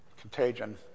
contagion